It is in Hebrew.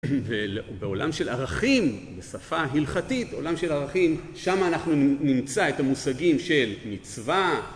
ובעולם של ערכים בשפה הלכתית, עולם של ערכים, שם אנחנו נמצא את המושגים של מצווה